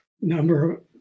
number